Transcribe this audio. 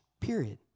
Period